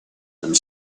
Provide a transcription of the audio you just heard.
and